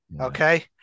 Okay